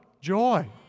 joy